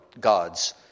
gods